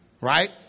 right